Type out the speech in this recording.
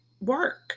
work